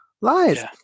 Lies